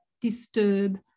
disturb